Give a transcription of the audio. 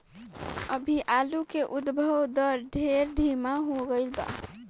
अभी आलू के उद्भव दर ढेर धीमा हो गईल बा